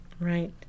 Right